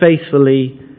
faithfully